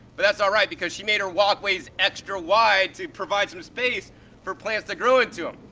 but that's alright because she made her walkways extra wide to provide some space for plants to grow into them.